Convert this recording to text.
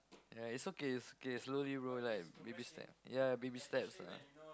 ya it's okay it's okay slowly bro like baby step ya baby steps ah